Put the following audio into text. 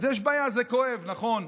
אז יש בעיה, זה כואב, נכון.